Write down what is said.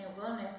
Wellness